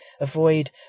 Avoid